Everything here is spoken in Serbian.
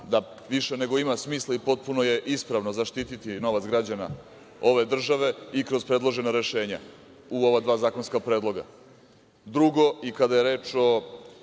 da više nego ima smisla, potpuno je ispravno zaštiti novac građana ove države i kroz predloženo rešenje u ova dva zakonska predloga. Drugo, kada je reč o